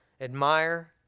admire